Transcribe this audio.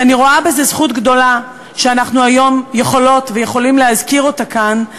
ואני רואה בזה זכות גדולה שאנחנו היום יכולות ויכולים להזכיר אותה כאן.